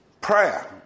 Prayer